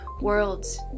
Worlds